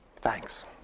Thanks